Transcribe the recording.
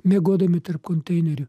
miegodami tarp konteinerių